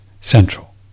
central